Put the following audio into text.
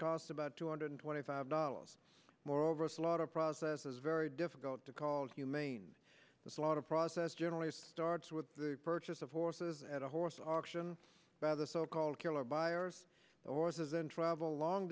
cost about two hundred twenty five dollars more over slaughter process is very difficult to call humane the slaughter process generally starts with the purchase of horses at a horse auction by the so called killer buyers or has been travel long